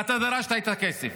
ואתה דרשת את הכסף.